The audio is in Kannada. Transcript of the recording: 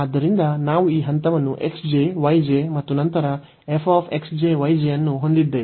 ಆದ್ದರಿಂದ ನಾವು ಈ ಹಂತವನ್ನು x j y j ಮತ್ತು ನಂತರ f x j y j ಅನ್ನು ಹೊಂದಿದ್ದೇವೆ